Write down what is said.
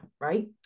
right